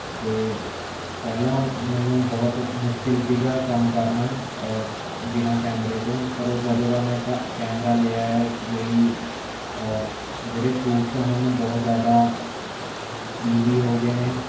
ਅਤੇ ਪਹਿਲਾਂ ਮੈਨੂੰ ਬਹੁਤ ਮੁਸ਼ਕਿਲ ਸੀਗਾ ਕੰਮ ਕਰਨਾ ਬਿਨਾਂ ਕੈਮਰੇ ਤੋਂ ਪਰ ਉਹ ਜਦੋਂ ਦਾ ਮੈਂ ਕ ਕੈਮਰਾ ਲਿਆ ਹੈ ਮੇਰੀ ਜਿਹੜੇ ਸ਼ੂਟਸ ਹਨ ਬਹੁਤ ਜ਼ਿਆਦਾ ਈਜ਼ੀ ਹੋ ਗਏ ਨੇ